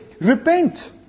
repent